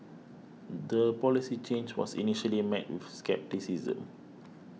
the policy change was initially met with scepticism